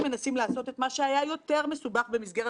אין הדבר מונע אפליה בתנאים.